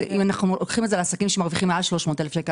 אם אנחנו לוקחים את זה לעסקים שמרוויחים מעל 300,000 שקל.